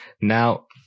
Now